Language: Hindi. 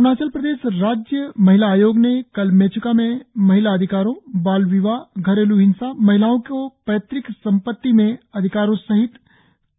अरुणाचल प्रदेश राज्य महिला आयोग ने कल मेच्का में महिला अधिकारों बाल विवाह घरेल् हिंसा महिलाओं को पैतृक संपत्ति में अधिकारों सहित